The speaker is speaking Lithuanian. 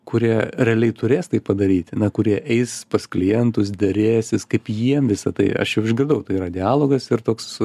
kurie realiai turės tai padaryti na kurie eis pas klientus derėsis kaip jiem visa tai aš jau išgirdau tai yra dialogas ir toks